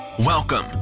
Welcome